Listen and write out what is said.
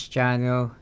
Channel